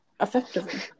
effectively